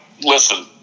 listen